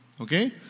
Okay